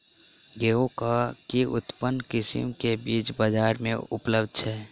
गेंहूँ केँ के उन्नत किसिम केँ बीज बजार मे उपलब्ध छैय?